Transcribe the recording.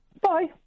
Bye